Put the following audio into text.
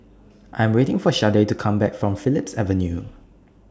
I Am waiting For Shardae to Come Back from Phillips Avenue